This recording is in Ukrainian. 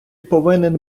повинен